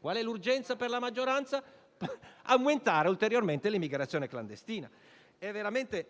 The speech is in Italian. Qual è l'urgenza per la maggioranza? Aumentare ulteriormente l'immigrazione clandestina. È veramente